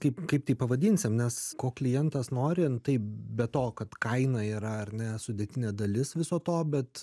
kaip kaip tai pavadinsim nes ko klientas nori tai be to kad kaina yra ar ne sudėtinė dalis viso to bet